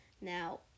Now